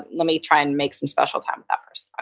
let me try and make some special time with that person. okay.